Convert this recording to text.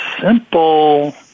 simple